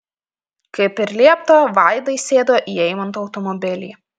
kaip ir liepta vaida įsėdo į eimanto automobilį